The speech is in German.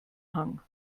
hang